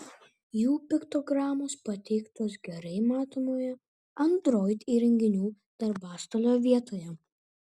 jų piktogramos pateiktos gerai matomoje android įrenginių darbastalio vietoje